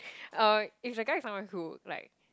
uh if the guy is someone who like